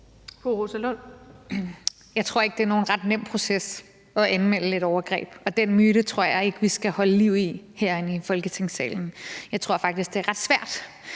Jeg tror ikke, det er nogen ret nem proces at anmelde et overgreb, og den myte tror jeg ikke vi skal holde liv i herinde i Folketingssalen. Jeg tror faktisk, det er ret svært,